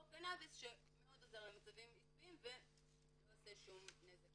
או קנאביס שמאוד אומר למצבים עצביים ולא עושה שום נזק.